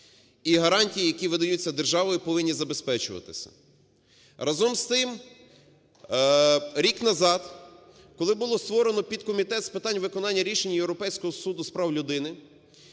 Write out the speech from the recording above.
і гарантії, які видаються державою, повинні забезпечуватися. Разом з тим, рік назад, коли було створено підкомітет з питань виконання рішень Європейського суду з прав людини,